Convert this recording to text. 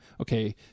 okay